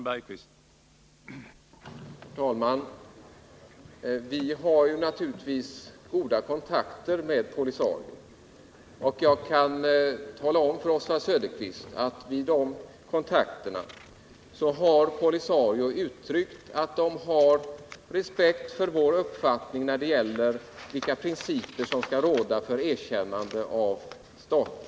Herr talman! Vi har naturligtvis goda kontakter med POLISARIO. Jag kan tala om för Oswald Söderqvist att vid de kontakterna har POLISARIO uttalat att de har respekt för vår uppfattning om vilka principer som skall gälla vid erkännande av stater.